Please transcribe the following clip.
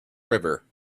river